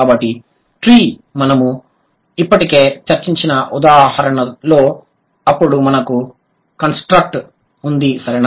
కాబట్టి ట్రీ మనము ఇప్పటికే చర్చించిన ఉదాహరణలో అప్పుడు మనకు కన్స్ట్రక్షన్ ఉంది సరేనా